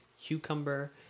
cucumber